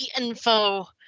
info